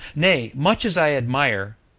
nay, much as i admire,